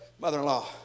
mother-in-law